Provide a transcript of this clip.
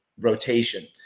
rotation